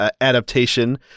adaptation